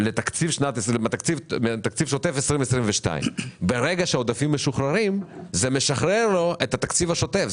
לשנת 2022. ברגע שהעודפים משוחררים זה משחרר לו את התקציב השוטף.